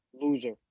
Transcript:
loser